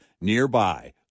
nearby